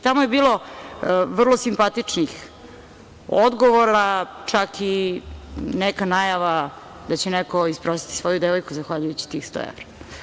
Tamo je bilo vrlo simpatičnih odgovora, čak i neka najava da će neko isprositi svoju devojku zahvaljujući tih 100 evra.